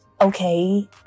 okay